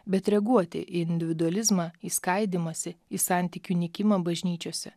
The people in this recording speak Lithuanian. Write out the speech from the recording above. bet reaguoti į individualizmą į skaidymąsi į santykių nykimą bažnyčiose